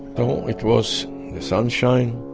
so, it was the sunshine,